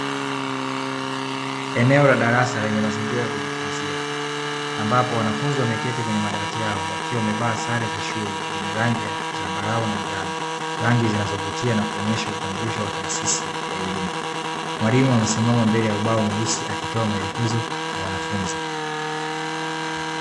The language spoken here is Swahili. Eneo la darasa lenye mazingira ya kujifunzia ambapo wanafunzi wameketi kwenye madawati yao wakiwa wamevaa sare za shule zenye rangi ya zambarau na njano. Rangi zinazovutia na kuonesha utambulisho wa taasisi ya elimu, mwalimu amesimama mbele ya ubao mweusi akitoa maelekezo kwa wanafunzi.